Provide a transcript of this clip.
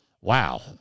wow